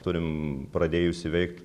turim pradėjusį veikt